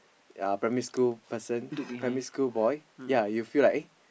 ya primary school person primary school boy you'll feel like eh